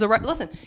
Listen